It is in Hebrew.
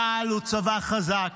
צה"ל הוא צבא חזק.